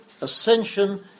ascension